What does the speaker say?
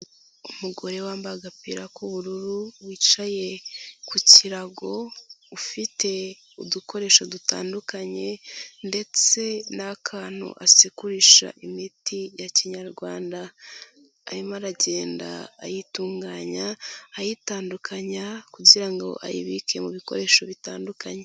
Umugore wambaye agapira k'ubururu wicaye ku kirago, ufite udukoresho dutandukanye ndetse n'akantu asekurisha imiti ya kinyarwanda, arimo aragenda ayitunganya ayitandukanya kugira ngo ayibike mu bikoresho bitandukanye.